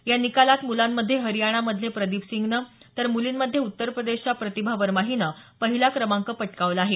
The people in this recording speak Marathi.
या निकालात मुलांमधे हरियाणा मधले प्रदीप सिंगनं तर मुलींमधे उत्तर प्रदेशच्या प्रतिभा वर्मा हीनं पहिला क्रमांक पटकावला आहे